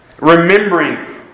Remembering